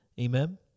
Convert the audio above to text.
amen